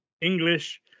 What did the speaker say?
English